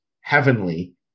heavenly